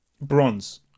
Bronze